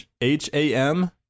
H-A-M